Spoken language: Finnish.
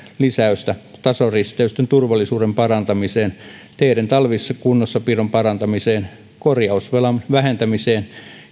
lisäystä tasoristeysten turvallisuuden parantamiseen teiden talvikunnossapidon parantamiseen korjausvelan vähentämiseen